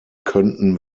könnten